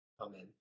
amen